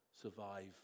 survive